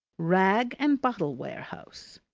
rag and bottle warehouse.